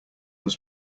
was